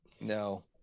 no